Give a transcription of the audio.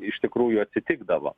iš tikrųjų atsitikdavo